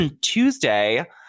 Tuesday